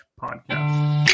podcast